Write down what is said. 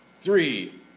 Three